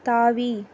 தாவி